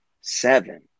seven